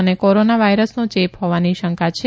અને કોરોના વાયરસનો ચે હોવાની શંકા છે